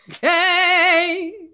Hey